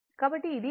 కాబట్టి ఇది 73